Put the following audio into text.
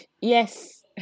yes